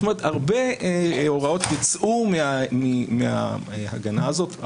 זאת אומרת, הרבה הוראות יוצאו מההגנה הזאת.